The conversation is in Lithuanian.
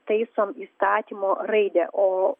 taisom įstatymo raidę o